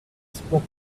spoke